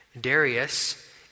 Darius